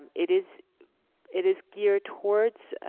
and it is it is geared towards